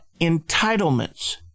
entitlements